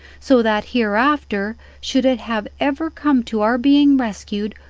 so that hereafter, should it have ever come to our being rescued,